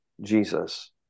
Jesus